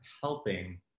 helping